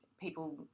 people